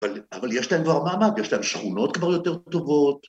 ‫אבל יש להם כבר מעמד, ‫יש להם שכונות כבר יותר טובות.